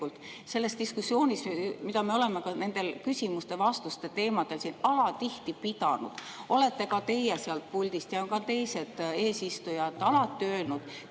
selles diskussioonis, mida me oleme nendel küsimuste-vastuste teemadel siin alatihti pidanud, olete teie sealt puldist ja ka teised eesistujad alati öelnud: